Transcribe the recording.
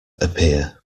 appear